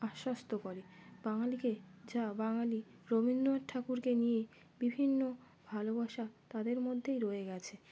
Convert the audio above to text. আশ্বস্ত করে বাঙালিকে যা বাঙালি রবীন্দ্রনাথ ঠাকুরকে নিয়ে বিভিন্ন ভালোবাসা তাদের মধ্যেই রয়ে গেছে